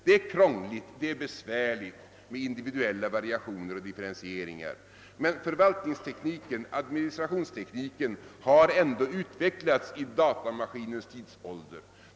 Det är krångligt och besvärligt med individuella variationer och differentieringar, men förvaltningsoch administrationstekniken har ändå utvecklats i datamaskinens tidsålder.